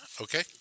okay